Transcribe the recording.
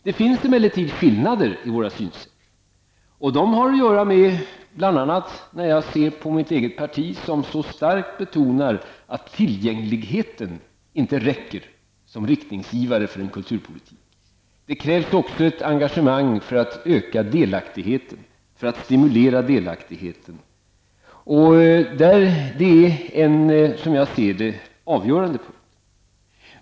Det finns emellertid skillnader i våra synsätt, och det har att göra med det som jag bl.a. kan se i vårt eget parti, som så starkt betonar att tillgängligheten inte räcker som riktningsgivare för en kulturpolitik. Det krävs också ett engagemang för att stimulera delaktigheten, och det är, som jag ser det, en avgörande punkt.